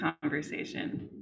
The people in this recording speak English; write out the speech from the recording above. conversation